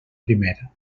primer